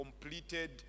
completed